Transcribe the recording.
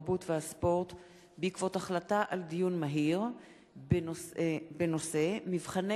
התרבות והספורט בעקבות דיון מהיר בנושא: מבחני